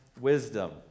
wisdom